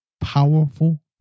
powerful